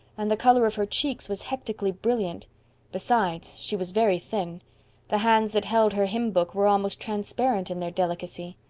and the color of her cheeks was hectically brilliant besides, she was very thin the hands that held her hymn-book were almost transparent in their delicacy.